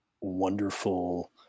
wonderful